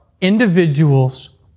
individuals